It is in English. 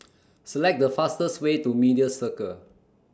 Select The fastest Way to Media Circle